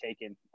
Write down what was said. taken